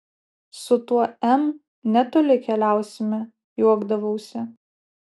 su tuo m netoli keliausime juokdavausi